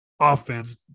Offense